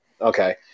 Okay